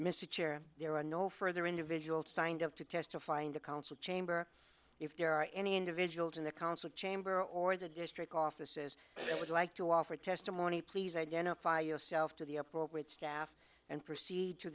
a chair there are no further individuals signed up to testify in the council chamber if there are any individuals in the council chamber or the district offices that would like to offer testimony please identify yourself to the appropriate staff and proceed to